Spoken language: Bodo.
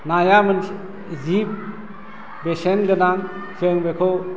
नाया मोनसे जिब बेसेन गोनां जों बेखौ